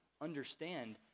understand